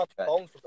Okay